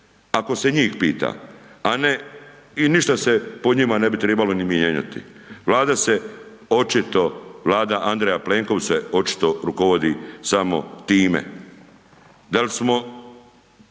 ako se njih pita, a ne, i ništa se po njima ne bi trebalo ni mijenjati. Vlada se očito, Vlada Andreja Plenkovića se očito rukovodi samo time. Da li smo